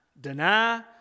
deny